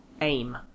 aim